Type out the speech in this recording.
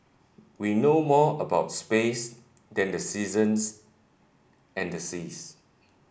we know more about space than the seasons and the seas